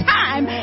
time